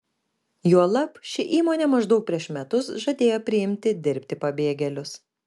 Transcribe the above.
juolab ši įmonė maždaug prieš metus žadėjo priimti dirbti pabėgėlius